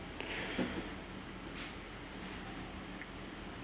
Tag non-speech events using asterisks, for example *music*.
*breath*